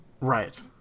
Right